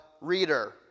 Reader